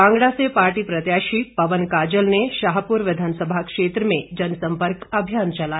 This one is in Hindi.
कांगड़ा से पार्टी प्रत्याशी पवन काजल ने शाहपुर विधानसभा क्षेत्र में जनसंपर्क अभियान चलाया